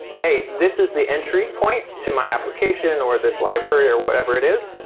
hey, this is the entry point to my application, or this library, or whatever it is,